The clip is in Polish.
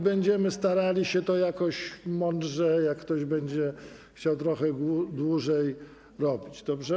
Będziemy starali się to jakoś mądrze robić, jak ktoś będzie chciał trochę dłużej wystąpić, dobrze?